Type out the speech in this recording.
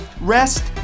rest